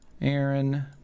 aaron